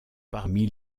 parmi